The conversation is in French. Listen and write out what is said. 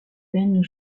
veine